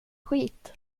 skit